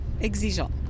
exigeant